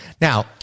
Now